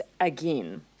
again